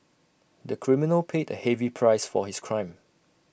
the criminal paid A heavy price for his crime